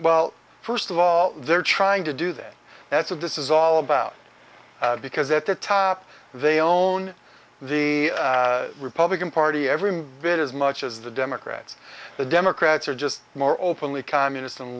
well first of all they're trying to do that that's of this is all about because at the top they own the republican party every bit as much as the democrats the democrats are just more openly communis